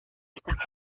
estas